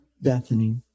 Bethany